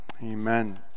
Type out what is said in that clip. amen